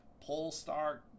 Polestar